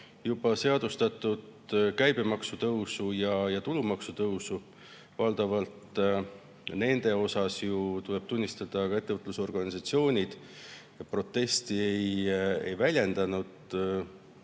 juba seadustatud käibemaksu- ja tulumaksutõusu, siis valdavalt nende puhul, tuleb tunnistada, ettevõtlusorganisatsioonid protesti ei väljendanud.